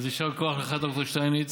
אז יישר כוח לך ד"ר שטייניץ.